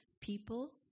people